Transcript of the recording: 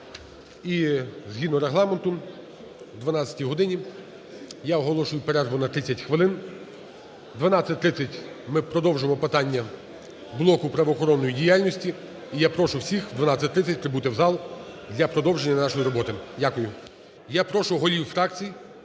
І згідно Регламенту о 12 годині я оголошую перерву на 30 хвилин. У 12:30 ми продовжимо питання блоку правоохоронної діяльності. І я прошу всіх о 12:30 прибути в зал для продовження нашої роботи. Дякую.